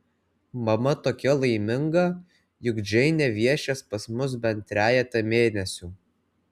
mama tokia laiminga juk džeinė viešės pas mus bent trejetą mėnesių